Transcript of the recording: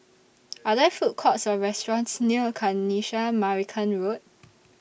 Are There Food Courts Or restaurants near Kanisha Marican Road